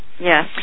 yes